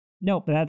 Nope